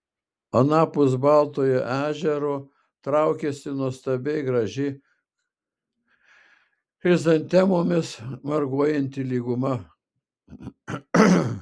anapus baltojo ežero traukėsi nuostabiai graži chrizantemomis marguojanti lyguma